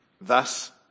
Thus